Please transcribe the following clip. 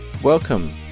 Welcome